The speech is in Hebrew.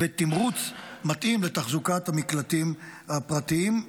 ותמרוץ מתאים לתחזוקת המקלטים הפרטיים.